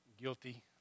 guilty